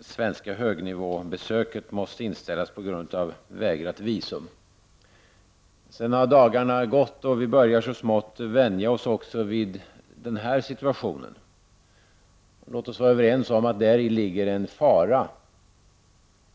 svenska besöket på hög nivå hade måst inställas på grund av förvägrat visum. Sedan har dagarna gått, och vi börjar så smått vänja oss vid denna situation. Låt oss vara överens om att det däri ligger en fara.